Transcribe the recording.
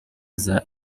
zange